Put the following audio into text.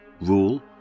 rule